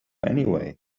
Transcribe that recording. anyway